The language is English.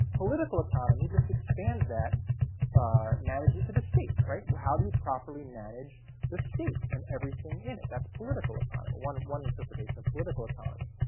political economy just expands that management to the state. how do you properly manage the state, and everything in it? that's political economy one one interpretation of political economy.